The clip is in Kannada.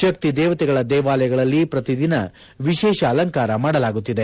ಶಕ್ತಿದೇವತೆಗಳ ದೇವಾಲಯದಲ್ಲಿ ಪ್ರತಿದಿನ ವಿಶೇಷ ಅಲಂಕಾರ ಮಾಡಲಾಗುತ್ತಿದೆ